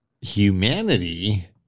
humanity